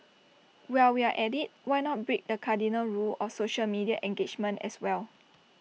while we are at IT why not break the cardinal rule of social media engagement as well